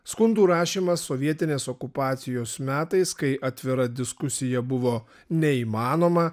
skundų rašymas sovietinės okupacijos metais kai atvira diskusija buvo neįmanoma